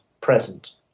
present